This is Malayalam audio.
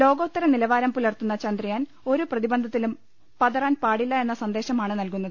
ലോകോത്തര നിലവാരം പുലർത്തുന്ന ചന്ദ്രയാൻ ഒരു പ്രതിബന്ധത്തിലും പതറാൻ പാടില്ല എന്ന സന്ദേശമാണ് നൽകുന്നത്